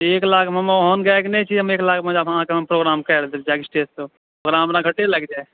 एक लाख हम ओहन गायक नहि छिये एक लाख हम अहाँकेॅं प्रोग्रामके देब स्टेज प्रोग्राममे घट्टी लागि जायत